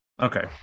okay